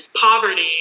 poverty